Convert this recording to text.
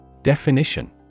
Definition